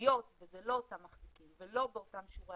היות שזה לא אותם מחזיקים ולא באותם שיעורי